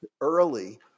early